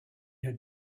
had